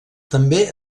també